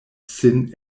sin